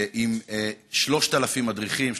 עם 3,000 מדריכים,